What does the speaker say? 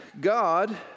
God